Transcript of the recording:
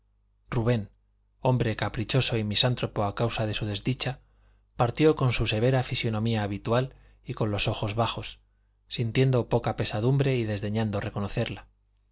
rubén hombre caprichoso y misántropo a causa de su desdicha partió con su severa fisonomía habitual y con los ojos bajos sintiendo poca pesadumbre y desdeñando reconocerla